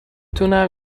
تونم